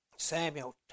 Samuel